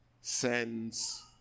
sends